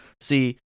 See